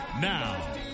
Now